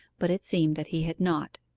but it seemed that he had not.